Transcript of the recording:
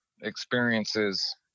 experiences